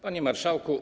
Panie Marszałku!